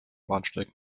bahnsteig